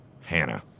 Hannah